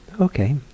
Okay